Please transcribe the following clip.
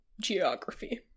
geography